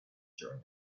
during